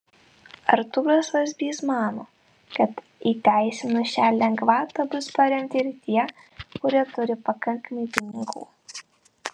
artūras vazbys mano kad įteisinus šią lengvatą bus paremti ir tie kurie turi pakankamai pinigų